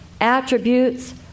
attributes